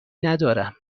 ندارم